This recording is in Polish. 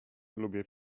lubię